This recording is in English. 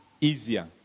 easier